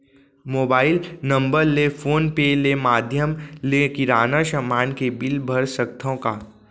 Mobile number ले PhonePe ले माधयम ले किराना समान के बिल भर सकथव का?